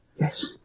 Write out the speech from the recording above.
Yes